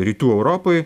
rytų europai